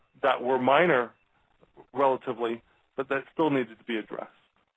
that were minor relatively but that still needed to be addressed.